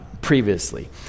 previously